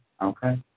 okay